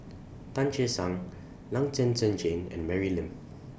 Tan Che Sang Long Zhen Zhen Jane and Mary Lim